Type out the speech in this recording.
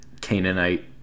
Canaanite